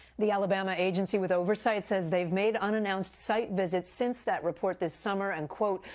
the alabama agency with oversight says they have made unannounced site visits since that report this summer and, quote,